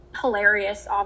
hilarious